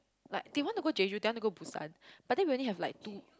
like they want to go Jeju they want to go Busan but then we only have like two